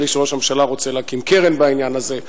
נדמה לי שראש הממשלה רוצה להקים קרן בעניין הזה.